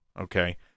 okay